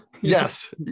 yes